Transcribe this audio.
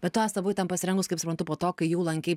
bet tu asta buvai tam pasirengus kaip suprantu po to kai jau lankei